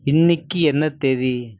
இன்றைக்கி என்ன தேதி